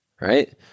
right